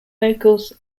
vocals